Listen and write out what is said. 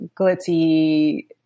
glitzy